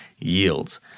yields